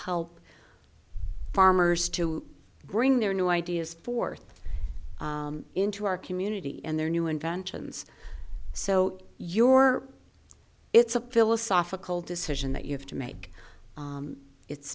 help farmers to bring their new ideas forth into our community and their new inventions so your it's a philosophical decision that you have to make it's